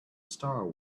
star